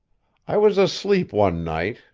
i was asleep one night,